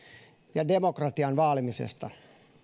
ja demokratian vaalimisesta